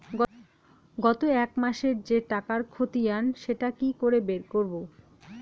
গত এক মাসের যে টাকার খতিয়ান সেটা কি করে বের করব?